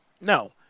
No